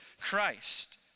Christ